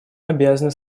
обязаны